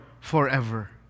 forever